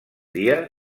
dia